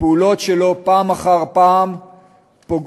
הפעולות שלו פעם אחר פעם פוגעות